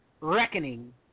reckoning